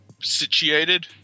situated